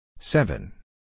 Seven